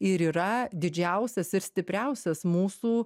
ir yra didžiausias ir stipriausias mūsų